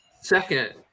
Second